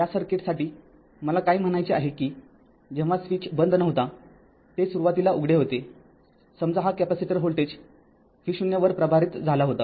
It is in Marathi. या सर्किटसाठी Circuit मला काय म्हणायचे आहे की जेव्हा स्विच बंद नव्हताते सुरुवातीला उघडे होतेसमजा हा कॅपेसिटर व्होल्टेज v0 वर प्रभारित झाला होता